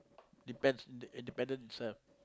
depends i~ independent himself